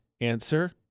answer